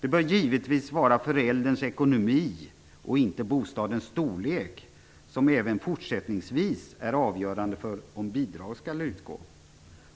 Det bör givetvis vara förälderns ekonomi, inte bostadens storlek, som även fortsättningsvis är avgörande för om bidrag skall utgå.